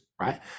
right